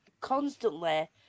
constantly